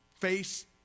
face